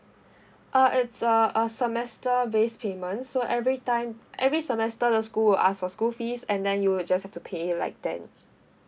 uh it's uh a semester based payment so every time every semester the school will ask for school fees and then you would just have to pay like then